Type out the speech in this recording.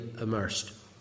immersed